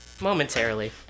momentarily